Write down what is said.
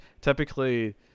typically